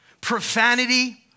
profanity